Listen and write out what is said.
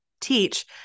teach